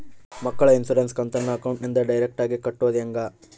ಮಕ್ಕಳ ಇನ್ಸುರೆನ್ಸ್ ಕಂತನ್ನ ಅಕೌಂಟಿಂದ ಡೈರೆಕ್ಟಾಗಿ ಕಟ್ಟೋದು ಹೆಂಗ?